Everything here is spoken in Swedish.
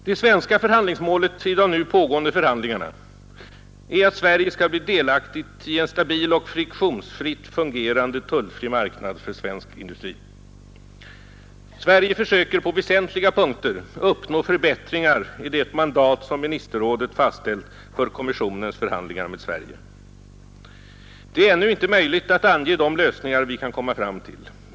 Det svenska förhandlingsmålet i de nu pågående förhandlingarna är att Sverige skall bli delaktigt i en stabil och friktionsfritt fungerande tullfri marknad för svensk industri. Sverige försöker på väsentliga punkter uppnå förbättringar i det mandat som ministerrådet fastställt för kommissionens förhandlingar med Sverige. Det är ännu inte möjligt att ange de lösningar vi kan komma fram till.